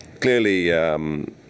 clearly